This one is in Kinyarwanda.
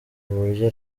kuburyo